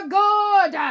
good